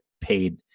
paid